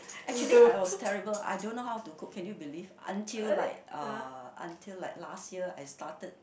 actually I was terrible I don't know how to cook can you believe until like uh until like last year I started